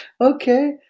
Okay